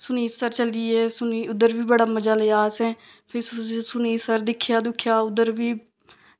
सरूईंसर चली गे सरूईं उद्धर बी बड़ा मज़ा लेआ असें फिर सरूईंसर दिक्खेआ दुक्खेआ उद्धर बी